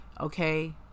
okay